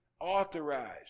authorized